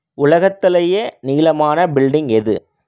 உலகத்திலயே நீளமான பில்டிங் எது